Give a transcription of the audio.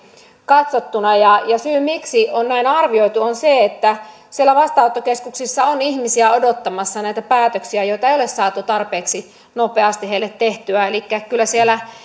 katsottuna ja syy miksi on näin arvioitu on se että vastaanottokeskuksissa on ihmisiä odottamassa päätöksiä joita ei ole saatu tarpeeksi nopeasti heille tehtyä elikkä